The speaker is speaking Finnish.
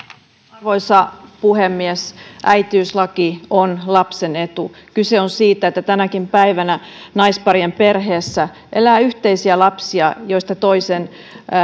arvoisa puhemies äitiyslaki on lapsen etu kyse on siitä että tänäkin päivänä naisparien perheissä elää yhteisiä lapsia joille toisen